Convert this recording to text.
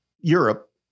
Europe